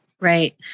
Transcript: Right